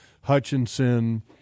Hutchinson